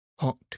hot